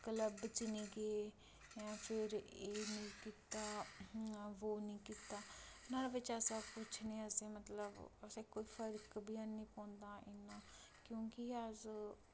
club च नी गे ऐं फेर एह् नी कीता वो नी कीता नुहाड़े बिच्च ऐसा कुछ नी ऐ असें मतलब असें कोई फर्क बी हैनी पौंदा इ'न्ना क्योंकि अस